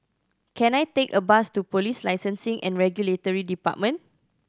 can I take a bus to Police Licensing and Regulatory Department